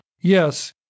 yes